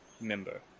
member